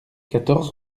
quatorze